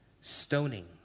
stoning